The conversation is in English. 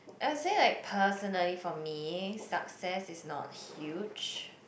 I'll say like personally for me success is not huge